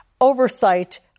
oversight